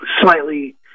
slightly